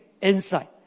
inside